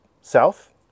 south